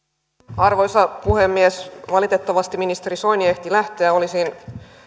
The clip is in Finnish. arvoisa puhemies valitettavasti ministeri soini ehti lähteä olisin